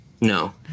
No